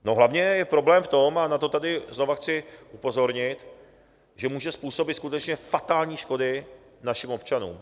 No hlavně je problém v tom, a na to tady znovu chci upozornit, že může způsobit skutečně fatální škody našim občanům.